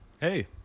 Hey